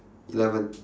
eleven